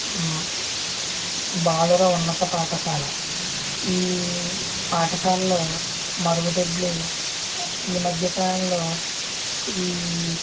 బాలుర ఉన్నత పాఠశాల ఈ పాఠశాలలో మరుగుదొడ్లు ఈ మధ్యకాలంలో ఈ